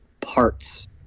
parts